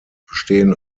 bestehen